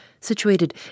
situated